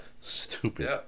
Stupid